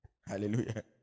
Hallelujah